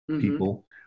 people